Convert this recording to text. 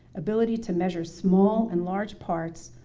ability to measure small and large parts,